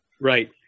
Right